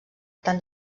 tant